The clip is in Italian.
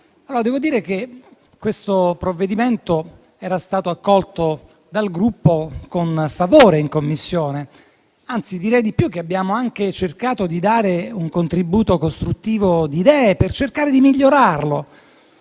devo dire che questo provvedimento era stato accolto dal Gruppo con favore in Commissione. Anzi, direi di più: abbiamo anche cercato di dare un contributo costruttivo di idee per migliorarlo.